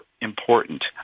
important